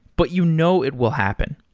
but you know it will happen.